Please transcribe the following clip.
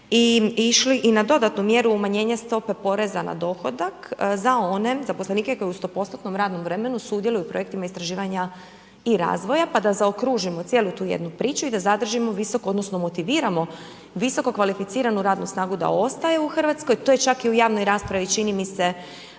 išli i na dodatnu mjeru umanjenja stope poreza na dohodak za one zaposlenike koji u stopostotnom radnom vremenu sudjeluju u projektima istraživanja i razvoja pa da zaokružimo cijelu tu jednu priču i da zadržimo visoko, odnosno motiviramo visoko kvalificiranu radnu snagu da ostaje u Hrvatskoj, to je čak i u javnoj raspravi čini mi se